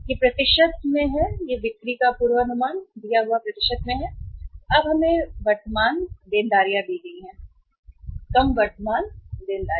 यह प्रतिशत में है बिक्री का पूर्वानुमान और अब हमें वर्तमान देनदारियां दी गई हैं कम वर्तमान देनदारियों कम वर्तमान देनदारियों